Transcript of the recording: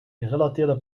gerelateerde